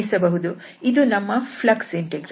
ಇದು ನಮ್ಮ flux integral